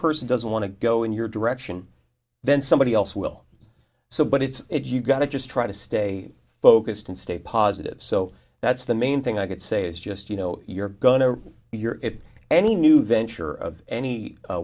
person doesn't want to go in your direction then somebody else will so but it's you got to just try to stay focused and stay positive so that's the main thing i could say is just you know you're going to hear it any new venture of any